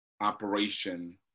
operation